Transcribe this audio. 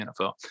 NFL